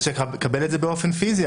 אז שיקבל את זה באופן פיזי,